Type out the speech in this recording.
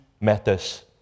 matters